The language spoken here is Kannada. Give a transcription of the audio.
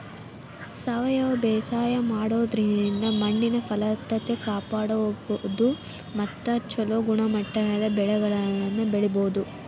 ಸಾವಯವ ಬೇಸಾಯ ಮಾಡೋದ್ರಿಂದ ಮಣ್ಣಿನ ಫಲವತ್ತತೆ ಕಾಪಾಡ್ಕೋಬೋದು ಮತ್ತ ಚೊಲೋ ಗುಣಮಟ್ಟದ ಬೆಳೆಗಳನ್ನ ಬೆಳಿಬೊದು